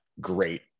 great